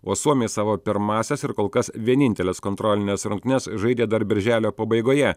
o suomiai savo pirmąsias ir kol kas vieninteles kontrolines rungtynes žaidė dar birželio pabaigoje